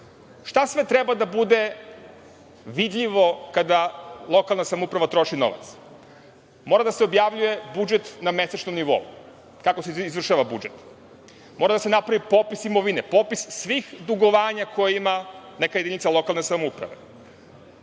Šta sve treba da bude vidljivo kada lokalna samouprava troši novac? Mora da se objavljuje budžet na mesečnom nivou, kako se izvršava budžet? Mora da se napravi popis imovine, popis svih dugovanja koja ima neka jedinica lokalne samouprave. Budžeti